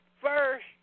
first